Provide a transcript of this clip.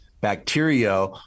bacteria